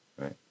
right